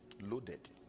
loaded